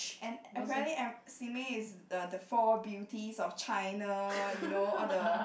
and apparently a~ Simei is eh the four beauties of China you know all the